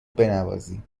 بنوازی